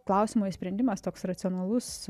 klausimo išsprendimas toks racionalus